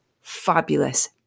fabulous